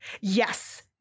yes